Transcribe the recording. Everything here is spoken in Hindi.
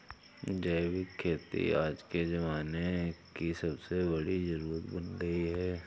जैविक खेती आज के ज़माने की सबसे बड़ी जरुरत बन गयी है